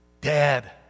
Dad